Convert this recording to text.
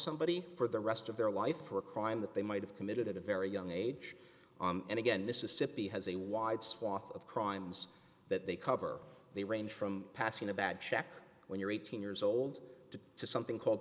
somebody for the rest of their life for a crime that they might have committed at a very young age and again mississippi has a wide swath of crimes that they cover they range from passing a bad check when you're eighteen years old to something called